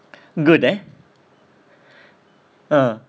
good eh ah